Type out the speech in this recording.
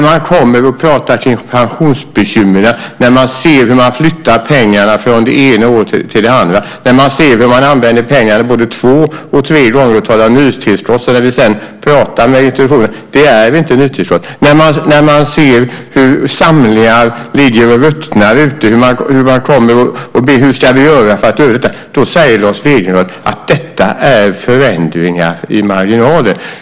Man kommer och pratar kring pensionsbekymren, man ser hur pengar flyttas från det ena året till det andra och man ser hur pengarna används både två och tre gånger. Det talas om nytillskott. När vi sedan pratar med institutionerna är det inte nytillskott. Man ser hur samlingar ligger och ruttnar ute, hur man kommer och frågar hur man ska göra. Då säger Lars Wegendal att detta är förändringar i marginalen.